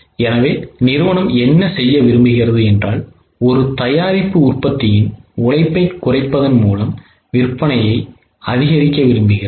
எனவே நிறுவனம் என்ன செய்ய விரும்புகிறது என்றால் ஒரு தயாரிப்பு உற்பத்தியின் உழைப்பைக் குறைப்பதன் மூலம் விற்பனையை அதிகரிக்க விரும்புகிறது